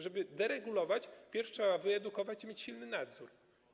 Żeby deregulować, wpierw trzeba wyedukować i mieć silny nadzór.